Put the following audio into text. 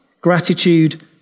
gratitude